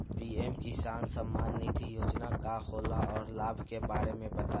PM Kisan Samman Nidhi Yojana का होला औरो लाभ के बारे में बताई?